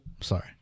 sorry